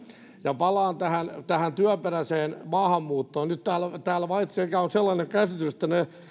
ja palaan tähän tähän työperäiseen maahanmuuttoon nyt täällä vallitsee sellainen käsitys että ne